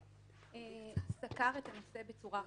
בראשותה של אמי פלמור סקר את הנושא בצורה רחבה.